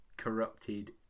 Corrupted